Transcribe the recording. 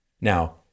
Now